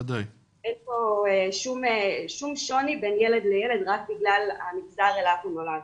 אין שום שוני בין ילד לילד רק בגלל המגזר אליו הוא נולד.